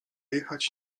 jechać